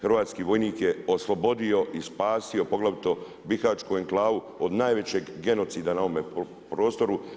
Hrvatski vojnik je oslobodio i spasio poglavito bihaćku enklavu od najvećeg genocida na ovome prostoru.